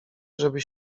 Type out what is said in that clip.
żeby